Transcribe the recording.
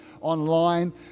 online